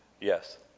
Yes